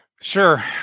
Sure